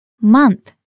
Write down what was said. Month